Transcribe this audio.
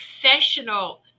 professional